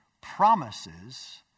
promises